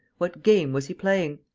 what game was he playing?